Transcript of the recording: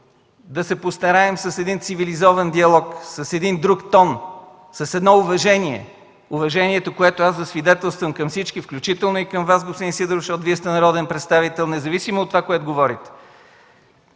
да се постараем с един цивилизован диалог, с един друг тон, с едно уважение – уважението, което аз засвидетелствам към всички, включително и към Вас, господин Сидеров, защото Вие сте народен представител, независимо от това, което говорите.